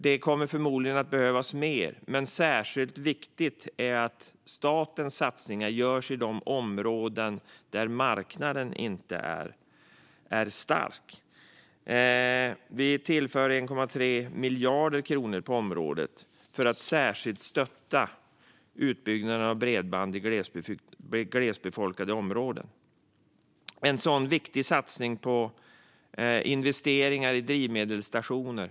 Det kommer förmodligen att behövas mer, men särskilt viktigt är att statens satsningar görs i de områden där marknaden inte är stark. Vi tillför 1,3 miljarder kronor på området för att särskilt stötta utbyggnaden av bredband i glesbefolkade områden. En viktig satsning görs på investeringar i drivmedelsstationer.